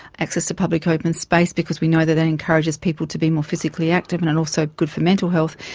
access to public open space because we know that that encourages people to be more physically active and it's and also good for mental health.